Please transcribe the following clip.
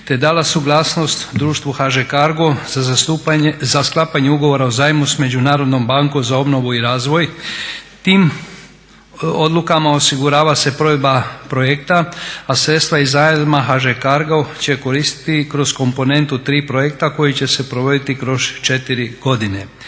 te dala suglasnost društvu HŽ Cargo za sklapanje ugovora o zajmu sa Međunarodnom bankom za obnovu i razvoj. Tim odlukama osigurava se provedba projekta a sredstva iz zajma HŽ Cargo će koristiti i kroz komponentu 3 projekta koji će se provoditi kroz 4 godine.